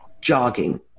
jogging